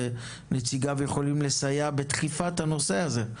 ונציגיו יכולים לסייע בדחיפת הנושא הזה.